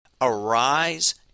Arise